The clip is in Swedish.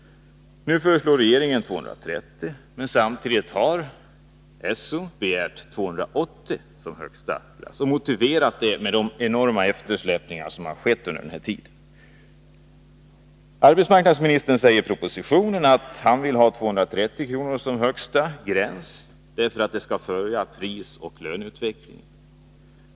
Nu föreslår regeringen 230 kr., men samtidigt har SO begärt 280 kr. som högsta klass och motiverat detta med de enorma eftersläpningar som har skett under den här tiden. Arbetsmarknadsministern säger i propositionen att han vill ha 230 kr. som högsta gräns, därför att man skall följa prisoch löneutvecklingen.